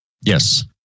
Yes